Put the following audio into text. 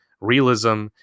realism